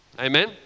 Amen